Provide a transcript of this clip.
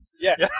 Yes